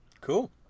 Cool